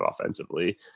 offensively